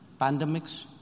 pandemics